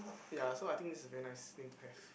ya so I think this is a very nice name to have